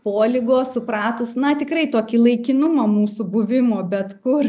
po ligos supratus na tikrai tokį laikinumą mūsų buvimo bet kur